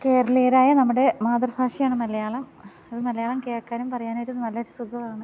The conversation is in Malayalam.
കേരളീയരായ നമ്മുടെ മാതൃഭാഷയാണ് മലയാളം അതു മലയാളം കേൾക്കാനും പറയാനൊരു നല്ലൊരു സുഖമാണ്